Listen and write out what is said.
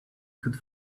could